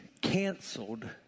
canceled